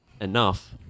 enough